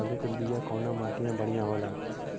आलू के बिया कवना माटी मे बढ़ियां होला?